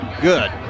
good